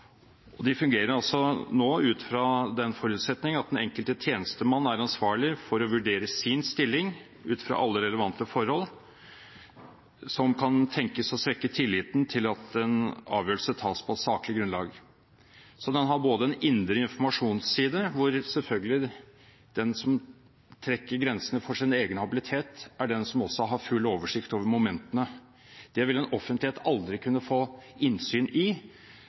dag. De fungerer nå ut fra den forutsetning at den enkelte tjenestemann er ansvarlig for å vurdere sin stilling ut fra alle relevante forhold som kan tenkes å svekke tilliten til at en avgjørelse tas på saklig grunnlag. Så det er en indre informasjonsside, hvor selvfølgelig den som trekker grensene for sin egen habilitet, er den som også har full oversikt over momentene. Det vil en offentlighet aldri kunne få innsyn i,